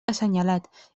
assenyalat